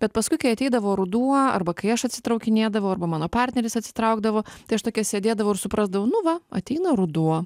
bet paskui kai ateidavo ruduo arba kai aš atsitraukinėdavau arba mano partneris atsitraukdavo tai aš tokia sėdėdavau ir suprasdavau nu va ateina ruduo